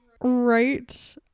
right